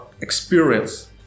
experience